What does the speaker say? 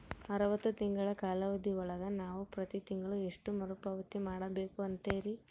ಅರವತ್ತು ತಿಂಗಳ ಕಾಲಾವಧಿ ಒಳಗ ನಾವು ಪ್ರತಿ ತಿಂಗಳು ಎಷ್ಟು ಮರುಪಾವತಿ ಮಾಡಬೇಕು ಅಂತೇರಿ?